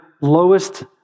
lowest